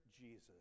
Jesus